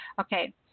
Okay